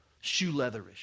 shoe-leatherish